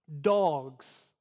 dogs